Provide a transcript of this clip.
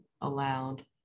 allowed